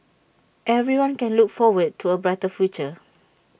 everyone can look forward to A brighter future